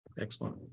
Excellent